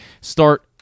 start